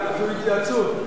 עשינו התייעצות.